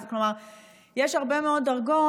ויש הרבה מאוד דרגות.